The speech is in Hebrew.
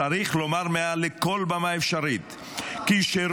צריך לומר מעל לכל במה אפשרית כי שירות